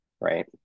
right